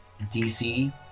DC